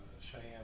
Cheyenne